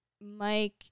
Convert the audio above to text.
Mike